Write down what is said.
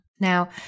Now